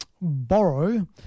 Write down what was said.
borrow